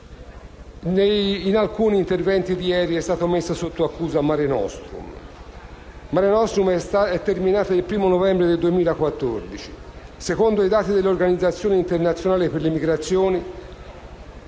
In alcuni interventi di ieri è stata messa sotto accusa l'operazione Mare nostrum, che è terminata il 1° novembre 2014. Secondo i dati dell'Organizzazione internazionale per le migrazioni,